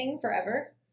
forever